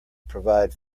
provide